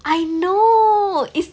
I know it's